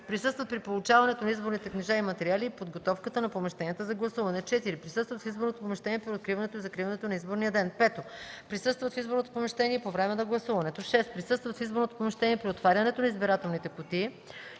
присъстват при получаването на изборните книжа и материали и подготовката на помещенията за гласуване; 4. присъстват в изборното помещение при откриването и закриването на изборния ден; 5. присъстват в изборното помещение по време на гласуването; 6. присъстват в изборното помещение при отварянето на избирателните кутии